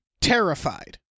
terrified